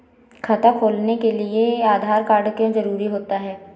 खाता खोलने के लिए आधार कार्ड क्यो जरूरी होता है?